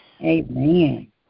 Amen